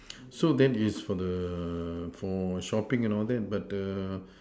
so that is for the for shopping and all that but